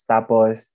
Tapos